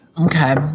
Okay